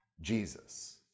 Jesus